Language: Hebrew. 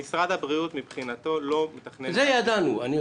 משרד הבריאות לא מתכנן --- את זה אני יודע.